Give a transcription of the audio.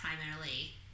primarily